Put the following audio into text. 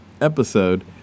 episode